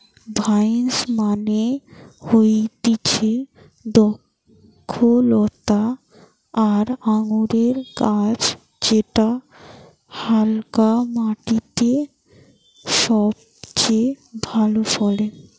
vines মানে হতিছে দ্রক্ষলতা বা আঙুরের গাছ যেটা হালকা মাটিতে সবচে ভালো ফলে